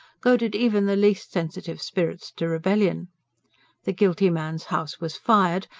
goaded even the least sensitive spirits to rebellion the guilty man's house was fired,